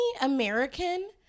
American